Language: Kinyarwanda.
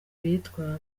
bitwa